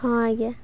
ହଁ ଆଜ୍ଞା